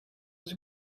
was